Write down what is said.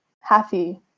happy